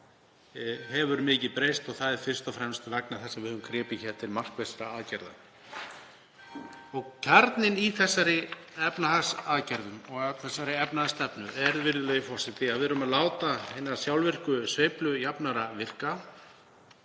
hefur mikið breyst og það er fyrst og fremst vegna þess að við höfum gripið til markvissra aðgerða. Kjarninn í þessum efnahagsaðgerðum og þessari efnahagsstefnu er, virðulegi forseti, að við erum að láta hina sjálfvirku sveiflujafnara virka,